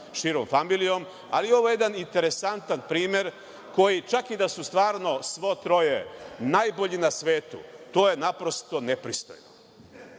širom familijom, ali ovo je jedan interesantan primer koji čak i da su stvarno svo troje najbolji na svetu, to je naprosto nepristojno. Nepristojno